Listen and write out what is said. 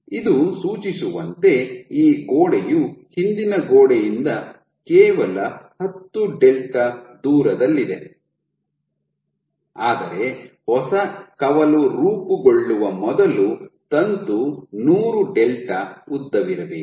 ಇದು ಸೂಚಿಸುವಂತೆ ಈ ಗೋಡೆಯು ಹಿಂದಿನ ಗೋಡೆಯಿಂದ ಕೇವಲ ಹತ್ತು ಡೆಲ್ಟಾ ದೂರದಲ್ಲಿದೆ ಆದರೆ ಹೊಸ ಕವಲು ರೂಪುಗೊಳ್ಳುವ ಮೊದಲು ತಂತು ನೂರು ಡೆಲ್ಟಾ ಉದ್ದವಿರಬೇಕು